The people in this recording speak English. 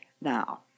now